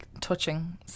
touching